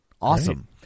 Awesome